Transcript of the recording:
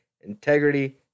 integrity